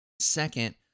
Second